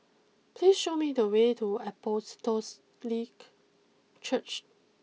please show me the way to Apostolic Church